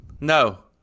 No